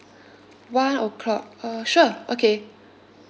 one o'clock uh sure okay